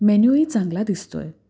menu ही चांगला दिसतो आहे